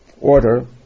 order